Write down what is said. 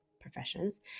professions